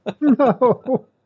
No